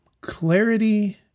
Clarity